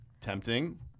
Tempting